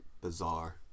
bizarre